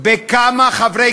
כמה חברי